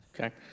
Okay